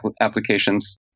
applications